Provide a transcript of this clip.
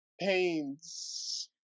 pains